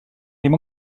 ddim